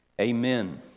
Amen